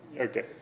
Okay